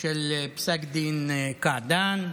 של פסק דין קעדאן.